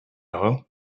all